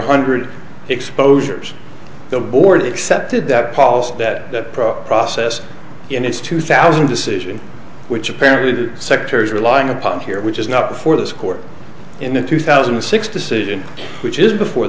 hundred exposures the board accepted that policy that that process in its two thousand decision which apparently the secretary's relying upon here which is not before this court in the two thousand and six decision which is before